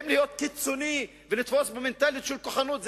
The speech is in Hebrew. האם להיות קיצוני ולתפוס במנטליות של כוחנות,